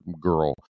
girl